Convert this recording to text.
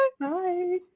bye